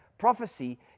Prophecy